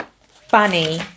Funny